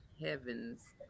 heavens